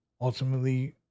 ultimately